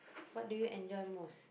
what do you enjoy most